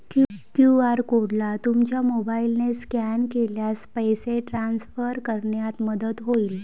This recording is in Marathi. क्यू.आर कोडला तुमच्या मोबाईलने स्कॅन केल्यास पैसे ट्रान्सफर करण्यात मदत होईल